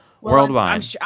worldwide